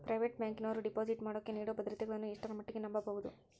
Private ಬ್ಯಾಂಕಿನವರು deposit ಮಾಡೋಕೆ ನೇಡೋ ಭದ್ರತೆಗಳನ್ನು ಎಷ್ಟರ ಮಟ್ಟಿಗೆ ನಂಬಬಹುದು?